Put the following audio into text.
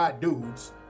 dudes